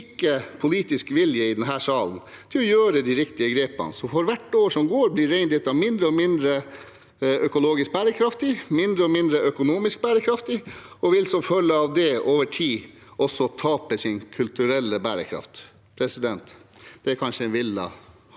politisk vilje i denne salen til å gjøre de riktige grepene, så for hvert år som går, blir reindriften mindre og mindre økologisk bærekraftig, mindre og mindre økonomisk bærekraftig og vil som følge av det over tid også tape sin kulturelle bærekraft. Det er kanskje en villet